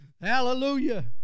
Hallelujah